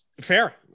Fair